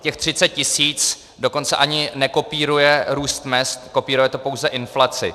Těch 30 tisíc dokonce ani nekopíruje růst mezd, kopíruje to pouze inflaci.